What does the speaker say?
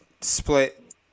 split